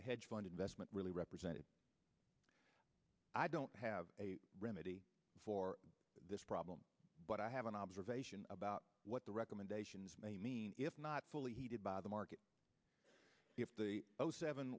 the hedge fund investment really represented i don't have a remedy for this problem but i have an observation about what the recommendations may mean if not fully heeded by the market if the zero seven